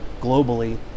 globally